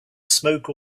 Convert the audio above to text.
smoke